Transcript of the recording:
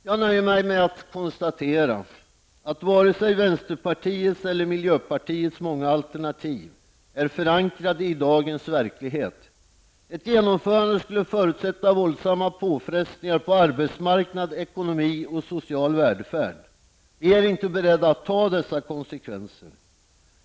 Jag nöjer mig därför med att konstatera att inte varken vänsterpartiets eller miljöpartiets många alternativ är förankrade i dagens verklighet. Ett genomförande skulle förutsätta våldsamma påfrestningar på arbetsmarknad, ekonomi och social välfärd. Vi är inte beredda att ta dessa konsekvenser.